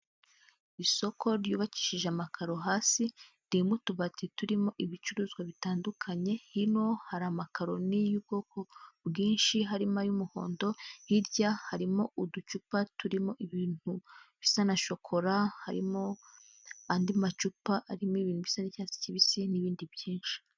Isoko ryubakishije amakaro hasi ririmo utubati turimo ibicuruzwa bitandukanye hino hari amakaroni y'ubwoko bwinshi harimo ay'umuhondo, hirya harimo uducupa turimo ibintu bisa na shokora, harimo andi macupa arimo ibintu bisa n'icyatsi kibisi n'ibindi byinshi.